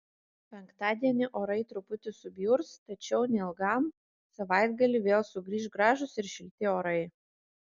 penktadienį orai truputį subjurs tačiau neilgam savaitgalį vėl sugrįš gražūs ir šilti orai